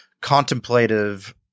contemplative